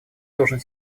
должен